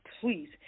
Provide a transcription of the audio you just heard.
please